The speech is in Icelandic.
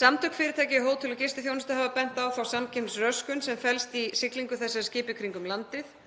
Samtök fyrirtækja í hótel- og gistiþjónustu hafa bent á þá samkeppnisröskun sem felist í siglingu þessara skipa í kringum landið.